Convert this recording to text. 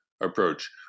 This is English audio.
approach